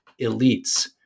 elites